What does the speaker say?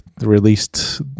released